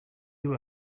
you